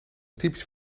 typisch